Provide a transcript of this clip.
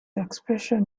expression